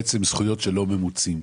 זכויות שלא ממוצות.